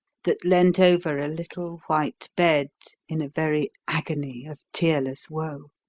that leant over a little white bed in a very agony of tearless woe.